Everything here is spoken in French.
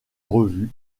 revue